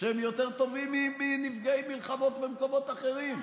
שהם יותר טובים מנפגעי מלחמות במקומות אחרים.